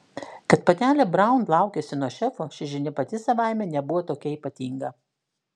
kad panelė braun laukiasi nuo šefo ši žinia pati savaime nebuvo tokia ypatinga